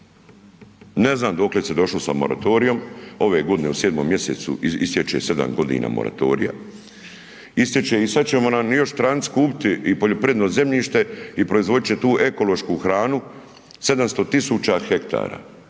Ne znam dokle se došlo sa moratorijem, ove godine u 7. mjesecu istječe sedam godina moratorija, istječe i sada će nam još stranci kupiti i poljoprivredno zemljište i proizvodit će tu ekološku hranu, 700.000 hektara